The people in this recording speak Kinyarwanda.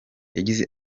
yagize